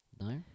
No